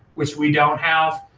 which we don't have,